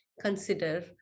consider